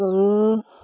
গৰুৰ